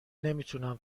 نمیتونم